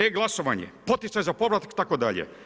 E-glasovanje, poticaj za povrat itd.